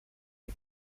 die